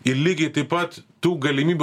ir lygiai taip pat tų galimybių